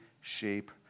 shape